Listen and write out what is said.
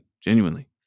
genuinely